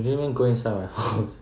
you didn't even go inside my house